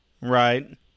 Right